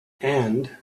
and